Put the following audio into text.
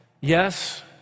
Yes